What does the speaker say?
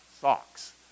socks